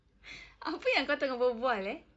apa yang kau tengah berbual eh